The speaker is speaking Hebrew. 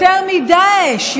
יותר מדאעש,